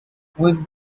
when